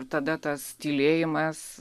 ir tada tas tylėjimas